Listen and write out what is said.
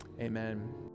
Amen